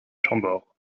chambord